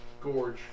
Gorge